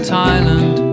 Thailand